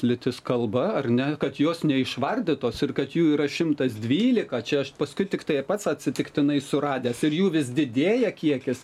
lytis kalba ar ne kad jos neišvardytos ir kad jų yra šimtas dvylika čia aš paskui tiktai pats atsitiktinai suradęs ir jų vis didėja kiekis